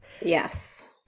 yes